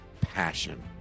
passion